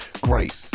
great